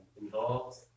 involved